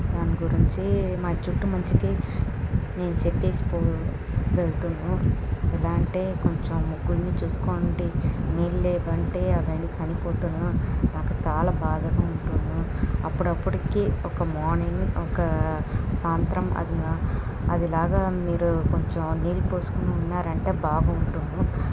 దానిగురించి మన చుట్టూ మంచికి నేను చెప్పేసి పో వెళ్తాను ఎలా అంటే కొంచెం మొక్కలని చూసుకొను నీళ్ళు లేదంటే అవన్నీ చనిపోతాయి నాకు చాలా బాధగా ఉండును అప్పుడప్పుడికి ఒక మార్నింగు ఒక సాయంత్రం అది అది లాగా మీరు కొంచెం నీళ్ళు పోసుకుని ఉన్నారంటే బాగుంటును